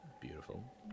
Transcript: Beautiful